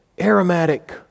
aromatic